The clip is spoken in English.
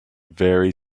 very